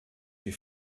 die